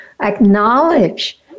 acknowledge